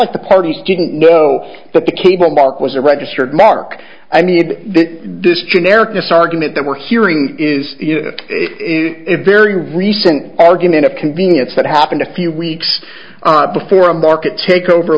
was the party's didn't know that the cable box was a registered mark i need this generic this argument that we're hearing is a very recent argument of convenience that happened a few weeks before a market takeover